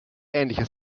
ähnliches